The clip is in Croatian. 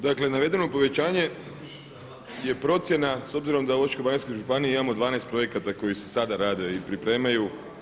Dakle navedeno povećanje je procjena s obzirom da u Osječko-baranjskoj županiji imamo 12 projekata koji se sada rade i pripremaju.